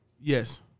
Yes